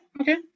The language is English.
Okay